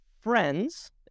friends